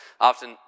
often